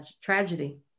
tragedy